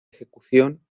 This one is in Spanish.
ejecución